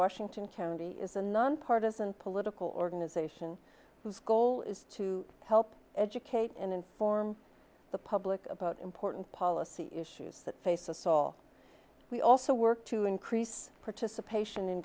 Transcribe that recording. washington county is a nonpartizan political organization whose goal is to help educate and inform the public about important policy issues that face us all we also work to increase participation in